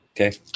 Okay